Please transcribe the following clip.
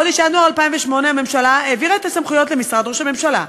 בחודש ינואר 2008 הממשלה העבירה את הסמכויות למשרד ראש הממשלה,